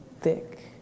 thick